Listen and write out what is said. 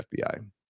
FBI